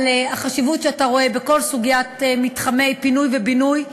על החשיבות שאתה רואה בכל סוגיית מתחמי פינוי ובינוי,